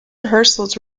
rehearsals